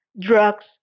drugs